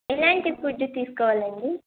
ఎలాంటి ఫుడ్ తీసుకోవాలండి